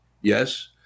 Yes